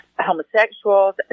homosexuals